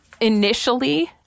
initially